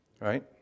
Right